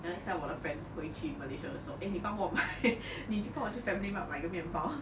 then next time 我的 friend 回去 malaysia 的时候 eh 你帮我买你就帮我去 family mart 买个面包